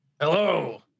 Hello